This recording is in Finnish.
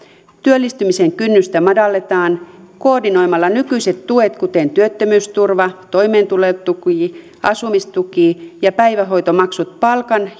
työllistymisen kynnystä madalletaan koordinoimalla nykyiset tuet kuten työttömyysturva toimeentulotuki asumistuki ja päivähoitomaksut palkan